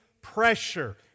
pressure